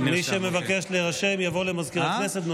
מי שמבקש להירשם יבוא למזכיר הכנסת.